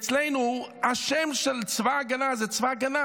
אצלנו השם של צבא ההגנה זה "צבא ההגנה".